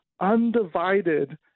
undivided